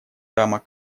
рамок